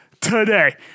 today